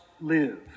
live